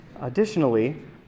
additionally